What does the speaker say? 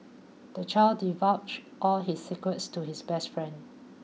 the child divulged all his secrets to his best friend